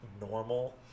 normal